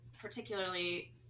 particularly